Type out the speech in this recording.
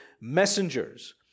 messengers